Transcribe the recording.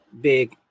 big